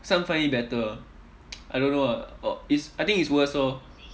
some find it better ah I don't know ah uh it's I think it's worse orh